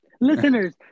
Listeners